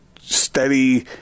steady